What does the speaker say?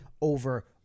over